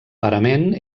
parament